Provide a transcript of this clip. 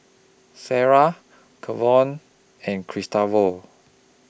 Sariah Kavon and Gustavo